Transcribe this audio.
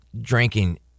drinking